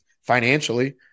financially